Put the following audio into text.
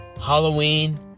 Halloween